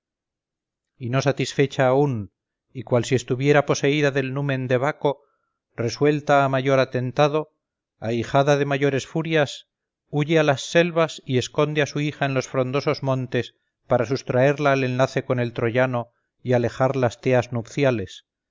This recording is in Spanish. y no satisfecha aún y cual si estuviera poseída del numen de baco resuelta a mayor atentado aguijada de mayores furias huye a las selvas y esconde a su hija en los frondosos montes para sustraerla al enlace con el troyano y alejar las teas nupciales